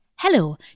Hello